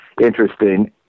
interesting